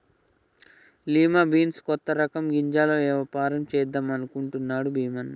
lima beans కొత్త రకం గింజల వ్యాపారం చేద్దాం అనుకుంటున్నాడు భీమన్న